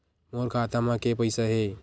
मोर खाता म के पईसा हे?